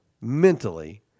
mentally